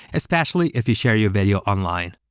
especially if you share your videos online.